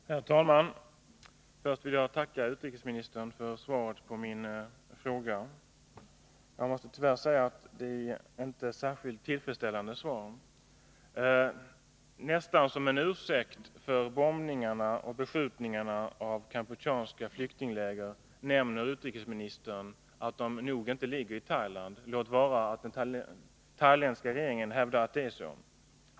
Herr talman! Först vill jag tacka utrikesministern för svaret på min fråga. Jag måste tyvärr säga att det inte är ett särskilt tillfredsställande svar. Nästan som en ursäkt för bombningarna och beskjutningarna av kampucheanska flyktingläger nämner utrikesministern att lägren nog inte ligger i Thailand, låt vara att den thailändska regeringen hävdar att det är så.